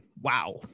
Wow